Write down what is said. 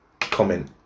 comment